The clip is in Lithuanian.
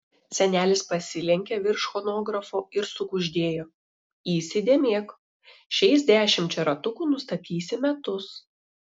senelis pasilenkė virš chronografo ir sukuždėjo įsidėmėk šiais dešimčia ratukų nustatysi metus